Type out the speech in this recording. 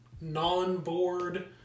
non-board